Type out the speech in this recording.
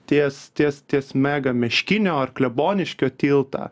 ties ties ties mega meškinio ar kleboniškio tiltą